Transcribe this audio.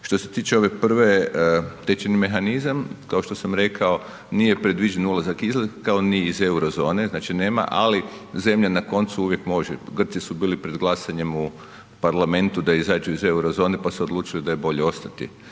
što se tiče ove prve tečajni mehanizam, kao što sam rekao nije predviđen ulazak izlaz kao ni iz Eurozone, znači nema ali zemlja na koncu uvijek može, Grci su bili pred glasanjem u parlamentu da izađu iz Eurozone, pa su odlučili da je bolje ostati